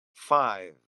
five